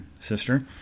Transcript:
sister